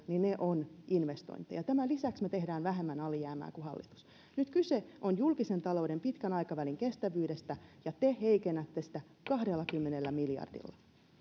niin ne ovat investointeja ja tämän lisäksi me teemme vähemmän alijäämää kuin hallitus nyt kyse on julkisen talouden pitkän aikavälin kestävyydestä ja te heikennätte sitä kahdellakymmenellä miljardilla